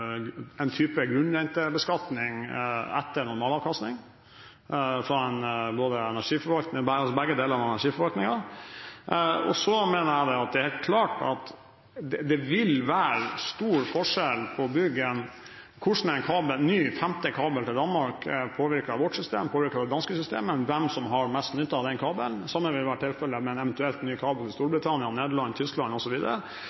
en type grunnrentebeskatning etter normalavkastning – begge er deler av energiforvaltningen. Så er det helt klart at det vil være stor forskjell på hvordan en ny, femte kabel til Danmark vil påvirke vårt system og det danske systemet, og hvem som har mest nytte av den kabelen. Det samme vil være tilfellet med en eventuell ny kabel til